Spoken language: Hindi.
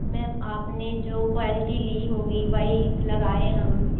मैम आप ने जो क्वॉलिटी ली होगी वही लगाए है हम